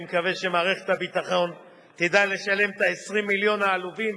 אני מקווה שמערכת הביטחון תדע לשלם את 20 המיליון העלובים.